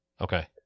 Okay